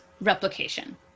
replication